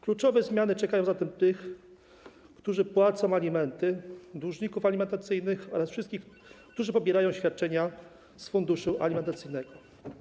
Kluczowe zmiany czekają zatem tych, którzy płacą alimenty, dłużników alimentacyjnych oraz wszystkich, którzy pobierają świadczenia z funduszu alimentacyjnego.